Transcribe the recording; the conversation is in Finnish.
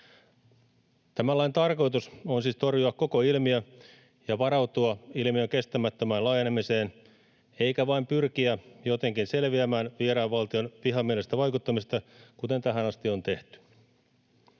Tämän lain tarkoitus on siis torjua koko ilmiö ja varautua ilmiön kestämättömään laajenemiseen eikä vain pyrkiä jotenkin selviämään vieraan valtion vihamielisestä vaikuttamisesta, kuten tähän asti on tehty.